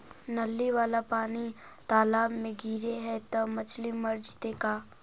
नली वाला पानी तालाव मे गिरे है त मछली मर जितै का?